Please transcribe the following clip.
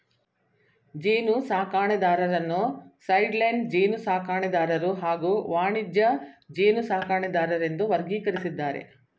ಜೇನುಸಾಕಣೆದಾರರನ್ನು ಸೈಡ್ಲೈನ್ ಜೇನುಸಾಕಣೆದಾರರು ಹಾಗೂ ವಾಣಿಜ್ಯ ಜೇನುಸಾಕಣೆದಾರರೆಂದು ವರ್ಗೀಕರಿಸಿದ್ದಾರೆ